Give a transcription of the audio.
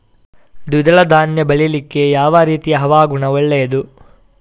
ದ್ವಿದಳ ಧಾನ್ಯ ಬೆಳೀಲಿಕ್ಕೆ ಯಾವ ರೀತಿಯ ಹವಾಗುಣ ಒಳ್ಳೆದು?